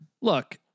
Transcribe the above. Look